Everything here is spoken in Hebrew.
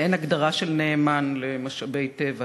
ואין הגדרה של נאמן למשאבי טבע,